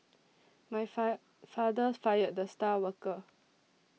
my fire father fired the star worker